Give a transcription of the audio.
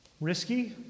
Risky